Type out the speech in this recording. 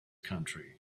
country